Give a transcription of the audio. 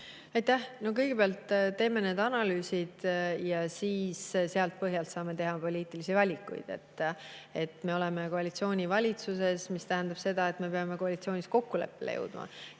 Aitäh! Kõigepealt teeme need analüüsid ja siis nende põhjalt saame teha poliitilisi valikuid. Me oleme koalitsioonivalitsuses, mis tähendab seda, et me peame koalitsioonis kokkuleppele jõudma.